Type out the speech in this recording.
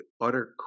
utter